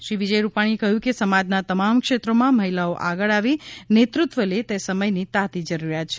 શ્રી વિજય રૂપાણીએ કહ્યું કે સમાજના તમામ ક્ષેત્રોમાં મહિલાઓ આગળ આવી નેતૃત્વ લે તે સમયની તાતી જરૂરિયાત છે